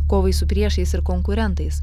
kovai su priešais ir konkurentais